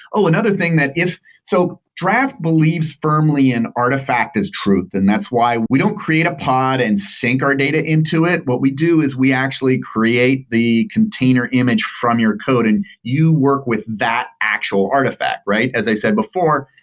oh! another thing that if so draft believes firmly in artifact as truth, and that's why we don't create a pod and sync our data into it. what we do is we actually create the container image from your code and you work with that actual artifact, right? as i said before,